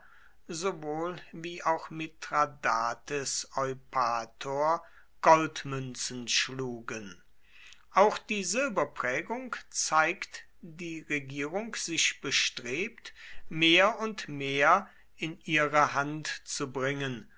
sowohl wie auch mithradates eupator goldmünzen schlugen auch die silberprägung zeigt die regierung sich bestrebt mehr und mehr in ihre hand zu bringen